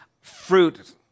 fruit